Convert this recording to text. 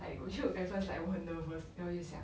like 我就 at first like 我很很 then 我会想